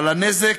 על הנזק,